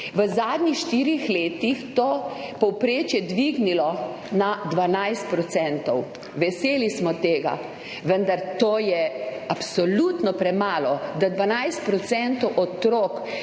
v zadnjih štirih letih to povprečje dvignilo na 12 %. Veseli smo tega, vendar je absolutno premalo, da 12 % otrok